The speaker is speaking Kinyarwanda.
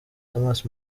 thomas